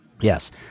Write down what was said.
Yes